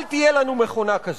אל תהיה לנו מכונה כזו.